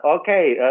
okay